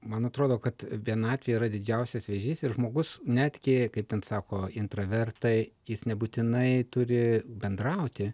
man atrodo kad vienatvė yra didžiausias vėžys ir žmogus netgi kaip ten sako intravertai jis nebūtinai turi bendrauti